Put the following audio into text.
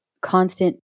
constant